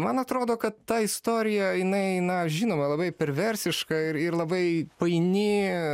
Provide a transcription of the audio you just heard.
man atrodo kad tą istoriją jinai na žinoma labai perversiška ir ir labai paini